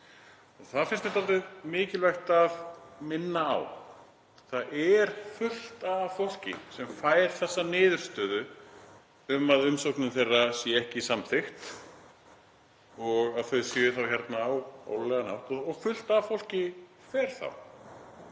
Það finnst mér dálítið mikilvægt að minna á. Það er fullt af fólki sem fær þessa niðurstöðu um að umsókn þeirra sé ekki samþykkt og að þau séu þá hérna ólöglega og fullt af fólki er þá